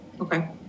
Okay